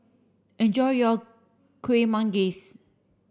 enjoy your Kueh Manggis